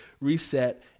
reset